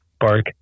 Bark